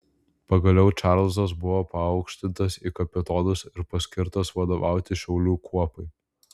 pagaliau čarlzas buvo paaukštintas į kapitonus ir paskirtas vadovauti šaulių kuopai